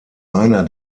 einer